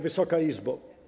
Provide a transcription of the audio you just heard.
Wysoka Izbo!